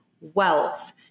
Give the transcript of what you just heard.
wealth